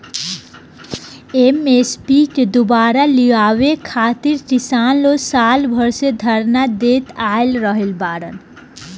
MSP के दुबारा लियावे खातिर किसान लोग साल भर से धरना देत आ रहल बाड़न